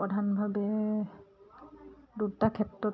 প্ৰধানভাৱে দুটা ক্ষেত্ৰত